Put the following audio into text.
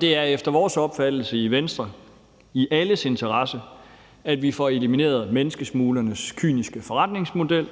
det er efter vores opfattelse i Venstre i alles interesse, at vi får elimineret menneskesmuglernes kyniske forretningsmodel,